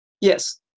Yes